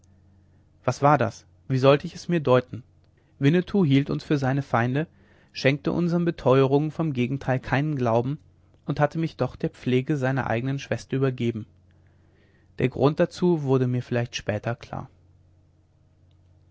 was war das wie sollte ich es mir deuten winnetou hielt uns für seine feinde schenkte unsern beteuerungen vom gegenteil keinen glauben und hatte mich doch der pflege seiner eigenen schwester übergeben der grund dazu wurde mir vielleicht später klar